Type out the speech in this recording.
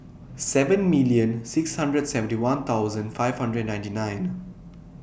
seven million six hundred seventy one thousand five hundred ninety nine